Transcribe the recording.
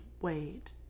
wait